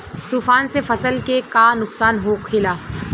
तूफान से फसल के का नुकसान हो खेला?